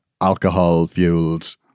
alcohol-fueled